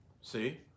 See